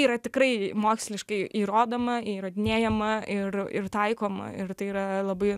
yra tikrai moksliškai įrodoma įrodinėjama ir ir taikoma ir tai yra labai